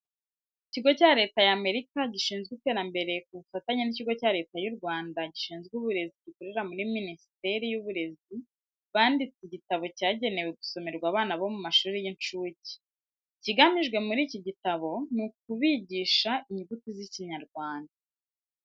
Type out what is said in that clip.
Ikigo cya Leta y'Amerika gishinzwe iterambere ku bufatanye n'ikigo cya leta y'u Rwanda gishinzwe uburezi gikorera muri Minisiteri y'Uburezi banditse igitabo cyagenewe gusomerwa abana bo mu mashuri y'incuke. Ikigamijwe muri iki gitabo ni ukubigisha inyuguti z'Ikinyarwanda.